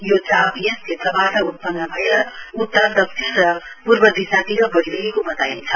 यो चाप यस क्षेत्रबाट उत्पन्न भएर उत्तर दक्षिण र पूर्व दिशातिर बढ़िरहेको बताइन्छ